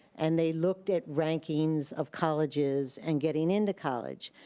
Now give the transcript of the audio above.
and they looked at rankings of colleges and getting into college,